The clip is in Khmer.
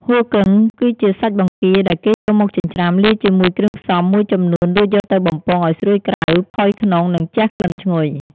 ហ៊ូគឹង គឺជាសាច់បង្គាដែលគេយកមកចិញ្ច្រាំលាយជាមួយគ្រឿងផ្សំមួយចំនួន រួចយកទៅបំពងឱ្យស្រួយក្រៅ ផុយក្នុង និងជះក្លិនឈ្ងុយ។